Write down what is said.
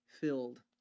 filled